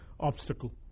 obstacle